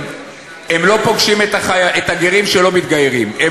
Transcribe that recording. מרומזרים המצויים בקרבת בתי-ספר ובתי-אבות